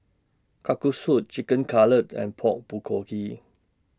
Kalguksu Chicken Cutlet and Pork Bulgogi